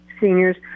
seniors